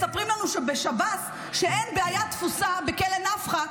מספרים לנו בשב"ס שאין בעיית תפוסה בכלא נפחא,